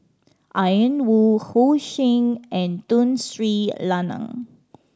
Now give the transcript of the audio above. Ian Woo Ho Ching and Tun Sri Lanang